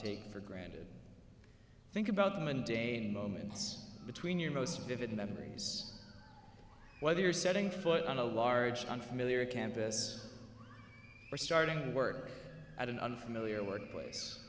take for granted think about the mundane moments between your most vivid memories whether you're setting foot on a large unfamiliar campus or starting work at an unfamiliar workplace